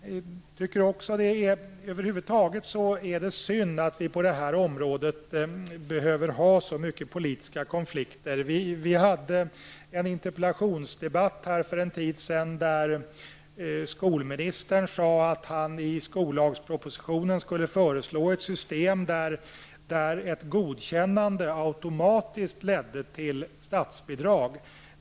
Över huvud taget är det synd att vi behöver ha så många politiska konflikter på detta område. Vi förde för en tid sedan en interpellationsdebatt där skolministern sade att han i skollagspropositionen skulle föreslå ett system där ett godkännande automatiskt ledde till statsbidrag.